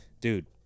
dude